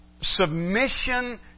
submission